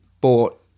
bought